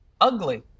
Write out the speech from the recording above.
ugly